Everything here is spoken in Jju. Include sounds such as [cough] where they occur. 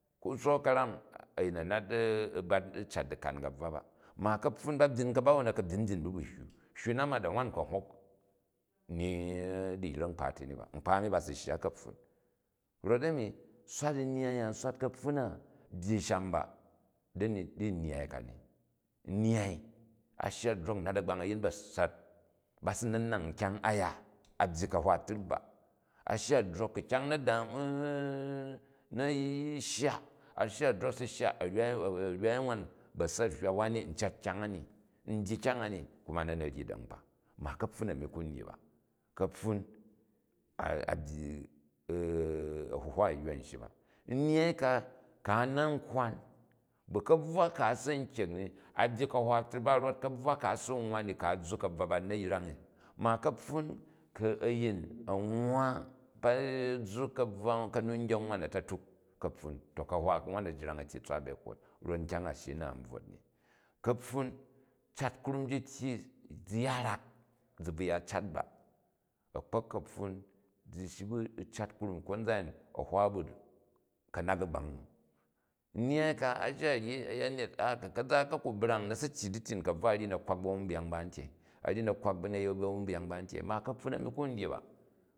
Ku̱ sook karam a̱in a̱ nat u bat cat dikan ka̱bvwa ba. Ma ka̱pfun, ba byin ka̱bawon a̱ ka̱ byin byi n bu, bu hywu hywu na ma da nwan u kan nidiyrek nkpa ti ni ba, nkpa ani ba si shya kaofun. Rot-a̱ni swat nnyai a, swat kapfun na byyi shan ba da̱ru di nnyyai ka ni. Nnyai, a shiya u drok u nat a̱gbang a̱yin ba̱sa̱t, ba si na̱ nang kyang a ya, a byyi kahbba pri ba. A shya n drok ku kyang na̱ da [hesitation] na shya u drok si a̱wwai nwan ba sət u̱ hyara wani, n cat kyang an n dyi kyang a ni, kuma na̱ na̱ ryi da̱ nkpa ma kapfin ani ku n dyi ba. Kapfun a bygi [hesitation] ahuhwa ayuwa an shyi ba. Nnyyai ka, ku a nat nkwwam bu ka̱bvwa ka a si u kyrek ni, a byyi ka̱hwa prib ba rot ka̱bvwa ka a si n nwwa ni ka̱ a zzu ka̱bvwa ba ni na̱ yrangi. Ma ka̱pfun ku̱ a̱yin a̱ nwwa [hesitation] a zzu ka̱nu gyeng nwan a̱ta̱tuk ka̱ptun ti kahura nwan a jrang a tyyi tswa ba̱she kwat rot nkyang a shyi u naht n bvwot ni ka̱pfun cat krum ji iyi zi ya rak, zi bvu ya cat ba, akpok ka̱pfun zi shyi bu u̱ cat krum, konzan ayin a hwa ba kanak a̱bang nu. Nnyyai ka a shya a̱yanyet a ku̱ kaza aka̱ ku brang na̱ si tyyi dityin kabvwa, a ryi na̱ kwak bavunbiyan ba a̱n tyei, a̱ ryi na̱ kwak banvrubyang ba a̱n tyei ma kapffun ani kun dyi ba.